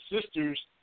sisters